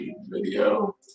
Video